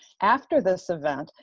after this event,